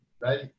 right